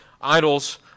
Idols